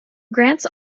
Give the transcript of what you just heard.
grants